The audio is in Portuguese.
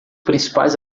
principais